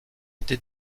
été